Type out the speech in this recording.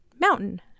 Mountain